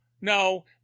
no